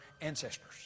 ancestors